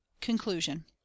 CONCLUSION